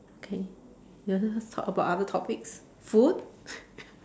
okay you want to talk about other topics food